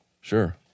Sure